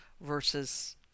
versus